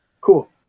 Cool